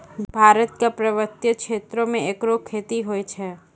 भारत क पर्वतीय क्षेत्रो म एकरो खेती होय छै